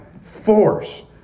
force